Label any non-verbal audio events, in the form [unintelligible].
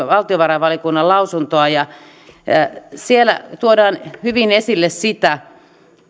[unintelligible] valtiovarainvaliokunnan lausuntoa ja siinä tuodaan hyvin esille sitä